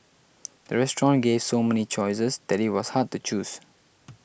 the restaurant gave so many choices that it was hard to choose